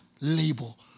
label